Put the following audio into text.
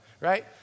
right